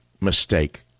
mistake